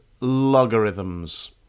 logarithms